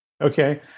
Okay